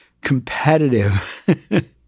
competitive